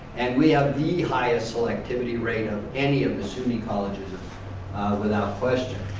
and we have the highest selectivity rate of any of the suny colleges without question.